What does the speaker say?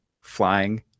flying